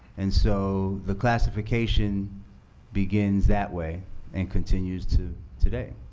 and so the classification begins that way and continues to today.